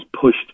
pushed